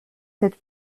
tête